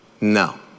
No